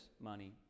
money